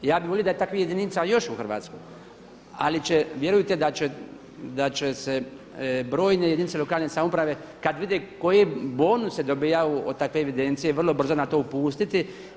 Ja bih volio da je takvih jedinica još u Hrvatskoj, ali će, vjerujte da će se brojne jedinice lokalne samouprave kada vide koje bonuse dobivaju od takve evidencije vrlo brzo na to upustiti.